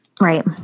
right